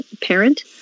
parent